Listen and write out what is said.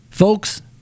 Folks